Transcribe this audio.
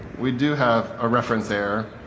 we do have a reference error,